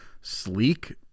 sleek